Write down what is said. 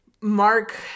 Mark